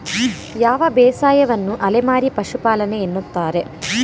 ಯಾವ ಬೇಸಾಯವನ್ನು ಅಲೆಮಾರಿ ಪಶುಪಾಲನೆ ಎನ್ನುತ್ತಾರೆ?